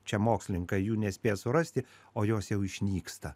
čia mokslininkai jų nespės surasti o jos jau išnyksta